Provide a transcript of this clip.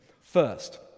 First